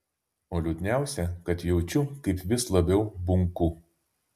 o liūdniausia kad jaučiu kaip vis labiau bunku